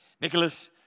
Nicholas